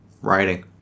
writing